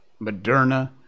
Moderna